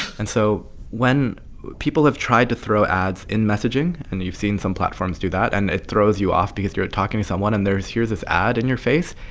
and so when people have tried to throw ads in messaging and you've seen some platforms do that. and it throws you off because you're talking to someone, and there's here's this ad in your face.